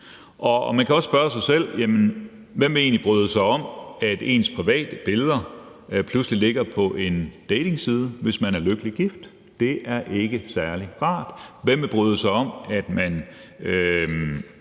Man kan også spørge sig selv om, hvem der egentlig ville bryde sig om, at ens private billeder pludselig ligger på en datingside, hvis man er lykkelig gift. Det er ikke særlig rart. Hvem ville bryde sig om, at man